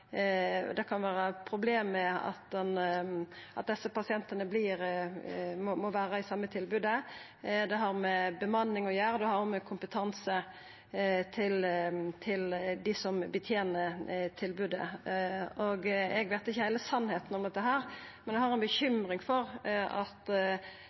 det kan vera problem med at desse pasientane må vera i same tilbodet. Det har med bemanning å gjera, og det har med kompetansen til dei som betener tilbodet å gjera. Eg kjenner ikkje heile sanninga om dette, men eg har